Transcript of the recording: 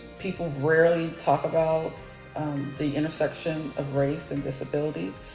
people rarely talk about the intersection of race and disability.